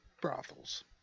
brothels